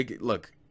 Look